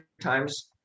times